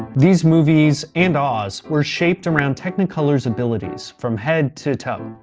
these movies, and oz, were shaped around technicolor's abilities, from head to toe.